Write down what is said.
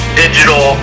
digital